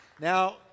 Now